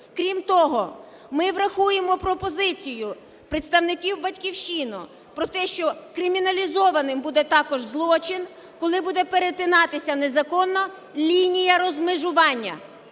Крім того, ми врахуємо пропозицію представників "Батьківщини" про те, що криміналізованим буде також злочин, коли буде перетинатися незаконно лінія розмежування,